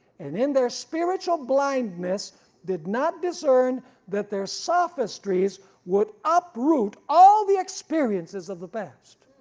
and in their spiritual blindness did not discern that their sophistries would uproot all the experiences of the past.